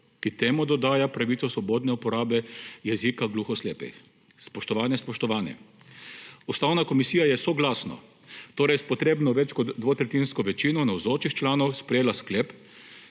ki temu dodaja pravico svobodne uporabe jezika gluhoslepih. Spoštovane, spoštovani, Ustavna komisija je soglasno, torej s potrebno več kot dvotretjinsko večino navzočih članov, sprejela sklep,